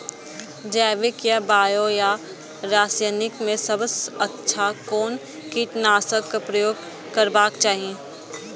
जैविक या बायो या रासायनिक में सबसँ अच्छा कोन कीटनाशक क प्रयोग करबाक चाही?